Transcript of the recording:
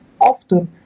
often